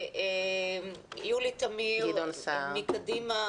יולי תמיר מקדימה,